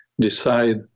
decide